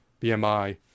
BMI